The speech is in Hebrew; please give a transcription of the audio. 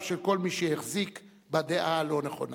של כל מי שהחזיק בדעה ה"לא-נכונה".